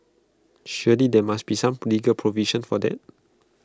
surely there must be some legal provision for that